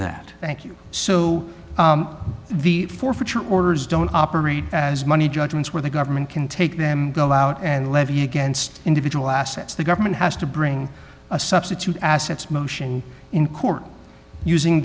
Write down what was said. that thank you so the forfeiture orders don't operate as money judgments where the government can take them go out and levy against individual assets the government has to bring a substitute assets motion in court